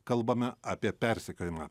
kalbame apie persekiojimą